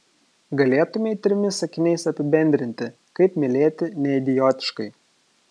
galėtumei trimis sakiniais apibendrinti kaip mylėti neidiotiškai